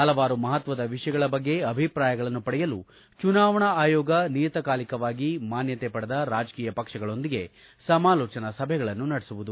ಹಲವಾರು ಮಹತ್ನದ ವಿಷಯಗಳ ಬಗ್ಗೆ ಅಭಿಪ್ರಾಯಗಳನ್ನು ಪಡೆಯಲು ಚುನಾವಣಾ ಆಯೋಗ ನಿಯತಕಾಲಿಕವಾಗಿ ಮಾನ್ಲತೆ ಪಡೆದ ರಾಜಕೀಯ ಪಕ್ಷಗಳೊಂದಿಗೆ ಸಮಾಲೋಚನಾ ಸಭೆಗಳನ್ನು ನಡೆಸುವುದು